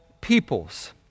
peoples